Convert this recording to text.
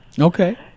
Okay